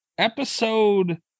Episode